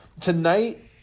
tonight